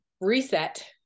reset